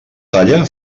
talla